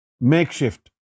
makeshift